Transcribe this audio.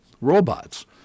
robots